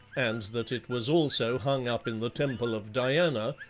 and that it was also hung up in the temple of diana,